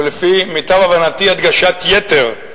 ולפי מיטב הבנתי, הדגשת יתר,